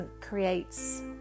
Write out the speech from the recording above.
creates